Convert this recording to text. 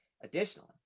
Additionally